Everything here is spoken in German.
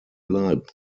bleiben